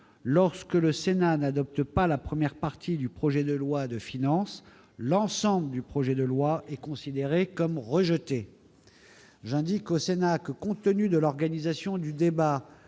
lorsque le Sénat n'adopte pas la première partie du projet de loi de finances, l'ensemble du projet de loi est considéré comme rejeté ». J'indique au Sénat que, compte tenu de l'organisation du débat,